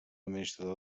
administrador